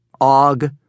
Og